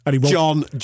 John